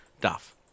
Duff